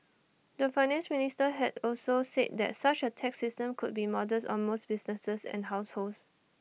the Finance Minister had also said that such A tax system could be modest on most businesses and households